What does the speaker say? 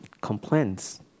complaints